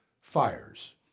fires